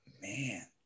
man